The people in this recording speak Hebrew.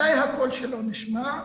מתי הקול שלו נשמע?